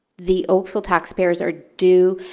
the oakville taxpayers are due